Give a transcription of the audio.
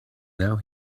now